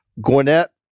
Gwinnett